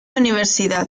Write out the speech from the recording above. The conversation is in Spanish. universidad